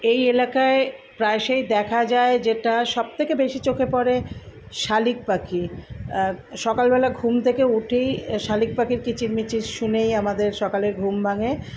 এই এলাকায় প্রায়শই দেখা যায় যেটা সব থেকে বেশি চোখে পড়ে শালিক পাখি সকালবেলা ঘুম থেকে উঠেই শালিক পাখির কিচির মিচির শুনেই আমাদের সকালের ঘুম ভাঙ্গে